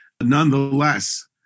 nonetheless